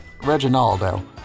Reginaldo